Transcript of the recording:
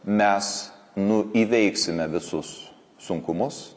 mes nu įveiksime visus sunkumus